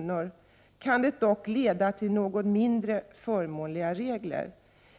kan förändringarna dock leda till något mindre förmånliga regler.